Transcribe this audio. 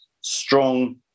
strong